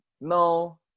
No